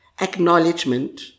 acknowledgement